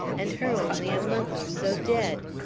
and her only a month or so dead.